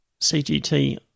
CGT